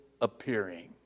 appearing